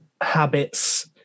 habits